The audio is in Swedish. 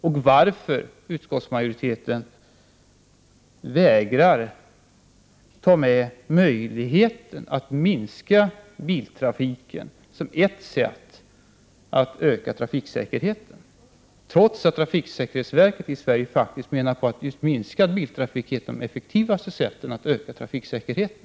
Varför vägrar utskottsmajoriteten att ta med möjligheten att minska biltrafiken som ett sätt att öka trafiksäkerheten, trots att trafiksäkerhetsverket i Sverige faktiskt menar att minskad biltrafik är ett av de effektivaste sätten att öka trafiksäkerheten?